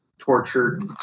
tortured